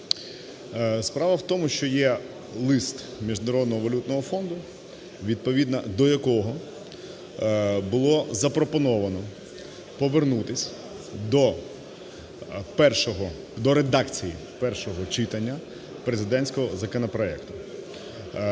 Справа в тому, що є лист Міжнародного валютного фонду, відповідно до якого було запропоновано повернутись до першого… до редакції першого читання президентського законопроекту.